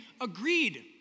agreed